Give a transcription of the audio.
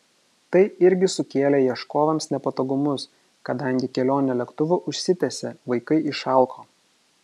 tai irgi sukėlė ieškovams nepatogumus kadangi kelionė lėktuvu užsitęsė vaikai išalko